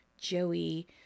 Joey